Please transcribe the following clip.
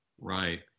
Right